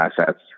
assets